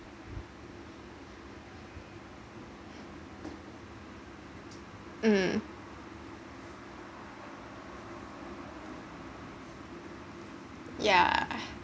um yeah